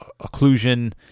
occlusion